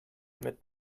mit